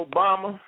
Obama